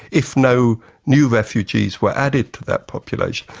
if no new refugees were added to that population,